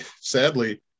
sadly